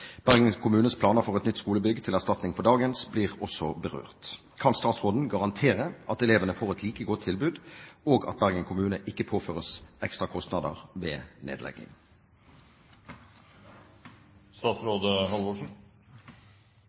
Bergen kommunes planer for nytt skolebygg til erstatning for dagens blir også berørt. Kan statsråden garantere at elevene får et like godt tilbud, og at Bergen kommune ikke påføres ekstra kostnader ved